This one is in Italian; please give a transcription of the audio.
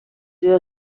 zio